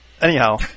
anyhow